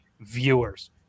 viewers